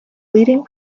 leading